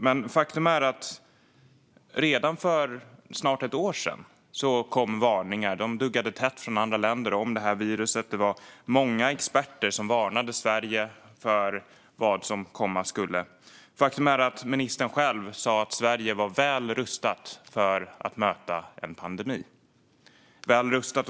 Men faktum är att det redan för snart ett år sedan kom varningar - de duggade tätt - från andra länder om detta virus. Det var många experter som varnade Sverige för vad som komma skulle. Faktum är att ministern själv sa att Sverige var väl rustat för att möta en pandemi.